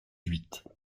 huit